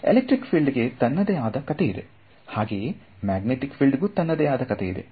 electric field ಗೆ ತನ್ನದೇ ಆದ ಕಥೆಯಿದೆ ಹಾಗೆಯೇ ಮ್ಯಾಗ್ನೆಟಿಕ್ ಫೀಲ್ಡ್ ಗೂ ತನ್ನದೇ ಆದ ಕಥೆಯಿದೆ